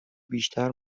بیشتر